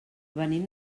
venim